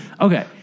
Okay